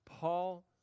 Paul